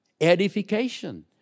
edification